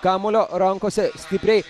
kamuolio rankose stipriai